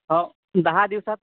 हो दहा दिवसांत